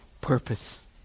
purpose